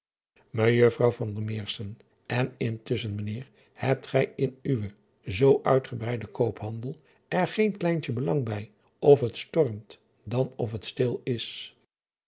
ejuffrouw n intusschen ijnheer hebt gij in uwen zoo uitgebreiden koophandel er geen kleintje belang bij of het stomt dan of het stil is